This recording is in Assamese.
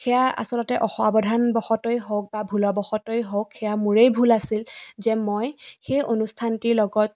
সেয়া আচলতে অসাৱধানবশতঃই হওক বা ভুলবশতঃই হওক সেয়া মোৰেই ভুল আছিল যে মই সেই অনুষ্ঠানটিৰ লগত